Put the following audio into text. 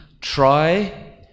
try